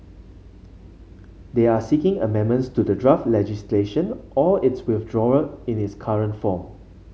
they are seeking amendments to the draft legislation or its withdrawal in its current form